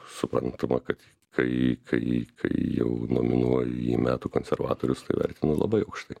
suprantama kad kai kai kai jau nominuoju jį metų konservatorius tai vertinu labai aukštai